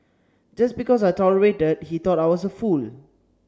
just because I tolerated he thought I was a fool